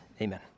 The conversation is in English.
Amen